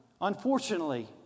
unfortunately